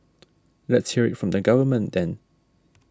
let's hear from the government then